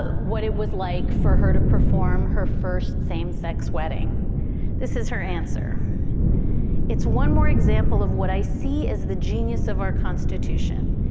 what it was like for her to perform her first same sex wedding this is her answer it's one more example of what i see is the genius of our constitution.